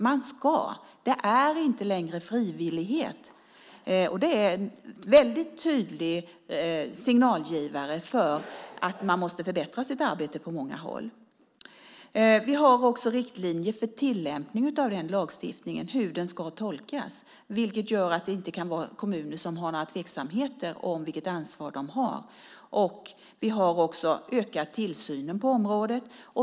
Man ska - det är inte längre frivilligt. Det är en väldigt tydlig signal om att man måste förbättra sitt arbete på många håll. Vi har också riktlinjer för tillämpningen av den lagstiftningen och hur den ska tolkas. Det gör att inga kommuner kan vara tveksamma om vilket ansvar de har. Vi har också ökat tillsynen på området.